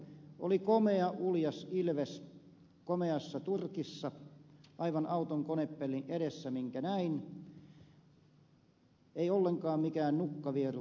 oli komea uljas ilves minkä näin komeassa turkissa aivan auton konepellin edessä ei ollenkaan mikään nukkavieru vaan uljas eläin